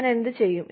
ഞാൻ എന്ത് ചെയ്യും